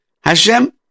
hashem